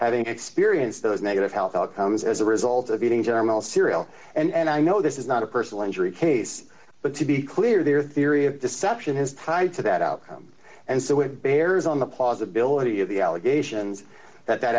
having experienced those negative health outcomes as a result of eating germinal cereal and i know this is not a personal injury case but to be clear their theory of deception is tied to that outcome and so it bears on the possibility of the allegations that that